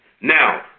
Now